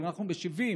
אבל אנחנו משיבים,